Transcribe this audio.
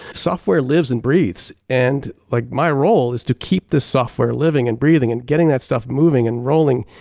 software lives and breathes and like my role is to keep this software living and breathing and getting that stuff moving and rolling,